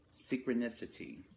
Synchronicity